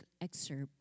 excerpt